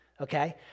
okay